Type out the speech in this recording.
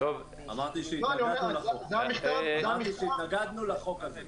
אמרתי שהתנגדנו לחוק הזה.